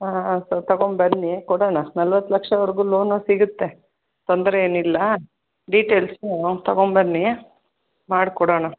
ಹಾಂ ಸೊ ತಗೋಂಬನ್ನಿ ಕೊಡೋಣ ನಲ್ವತ್ತು ಲಕ್ಷವರೆಗೂ ಲೋನು ಸಿಗುತ್ತೆ ತೊಂದರೆ ಏನಿಲ್ಲ ಡಿಟೇಲ್ಸು ತಗೋಂಬನ್ನಿ ಮಾಡ್ಕೊಡೋಣ